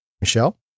Michelle